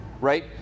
right